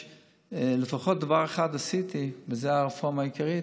לפחות דבר אחד עשיתי, וזו הרפורמה העיקרית,